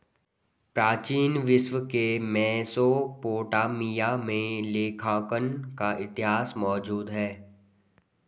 प्राचीन विश्व के मेसोपोटामिया में लेखांकन का इतिहास मौजूद है